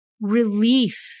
relief